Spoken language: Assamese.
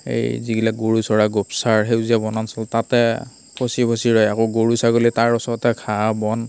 সেই যিগিলা গৰু চৰা গোপচাৰ সেউজীয়া বনাঞ্চল তাতে ফঁচি ফঁচি ৰয় আকৌ গৰু ছাগলী তাৰ ওচৰতে ঘাঁহ বন